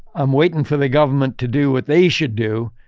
i'm waiting for the government to do what they should do,